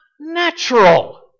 natural